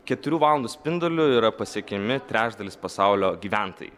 keturių valandų spinduliu yra pasiekiami trečdalis pasaulio gyventojai